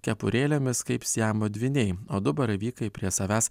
kepurėlėmis kaip siamo dvyniai o du baravykai prie savęs